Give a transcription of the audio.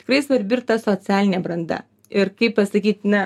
tikrai svarbi ir ta socialinė branda ir kaip pasakyt na